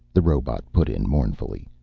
the robot put in mournfully.